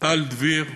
טל דביר,